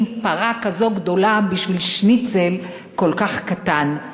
פרה כזו גדולה בשביל שניצל כל כך קטן.